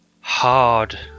hard